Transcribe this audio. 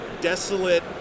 desolate